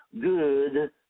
good